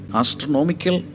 astronomical